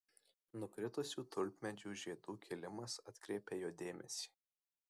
nukritusių tulpmedžių žiedų kilimas atkreipia jo dėmesį